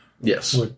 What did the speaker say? Yes